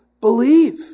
believe